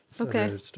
Okay